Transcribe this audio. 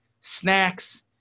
snacks